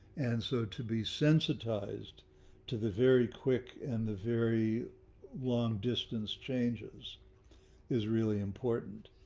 and so to be sensitized to the very quick and the very long distance changes is really important.